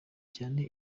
cyane